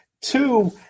two